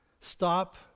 Stop